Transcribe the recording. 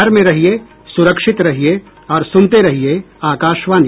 घर में रहिये सुरक्षित रहिये और सुनते रहिये आकाशवाणी